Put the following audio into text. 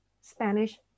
Spanish